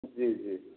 जी जी जी